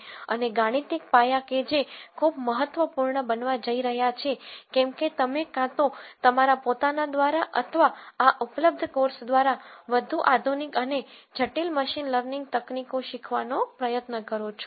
અને ગાણિતિક પાયા કે જે ખૂબ મહત્ત્વપૂર્ણ બનવા જઈ રહ્યા છે કેમ કે તમે કાં તો તમારા પોતાના દ્વારા અથવા આ ઉપલબ્ધ કોર્સ દ્વારા વધુ આધુનિક અને જટિલ મશીન લર્નિંગ તકનીકો શીખવાનો પ્રયત્ન કરો છો